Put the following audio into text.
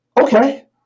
okay